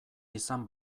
izan